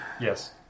Yes